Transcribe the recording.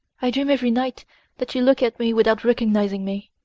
i dream every night that you look at me without recognising me.